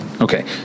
Okay